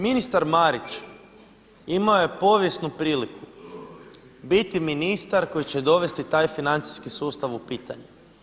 Ministar Marić imao je povijesnu priliku biti ministar koji će dovesti taj financijski sustav u pitanje.